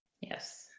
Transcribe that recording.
Yes